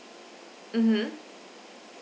mmhmm